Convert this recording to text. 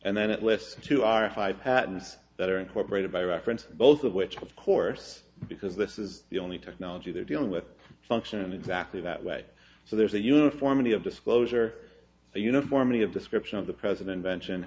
and then it lists the two are five patents that are incorporated by reference both of which of course because this is the only technology they're dealing with function exactly that way so there's a uniformity of disclosure the uniformity of description of the president vention